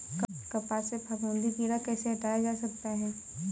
कपास से फफूंदी कीड़ा कैसे हटाया जा सकता है?